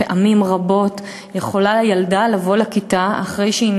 פעמים רבות יכולה לבוא ילדה לכיתה אחרי שהיא